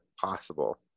possible